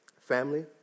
Family